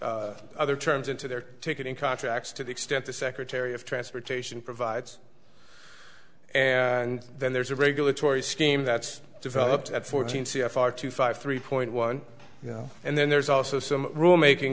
other terms into their ticketing contracts to the extent the secretary of transportation provides and then there's a regulatory scheme that's developed at fourteen c f r two five three point one you know and then there's also some rule making